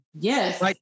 Yes